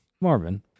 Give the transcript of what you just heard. Marvin